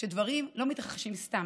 שדברים לא מתרחשים סתם.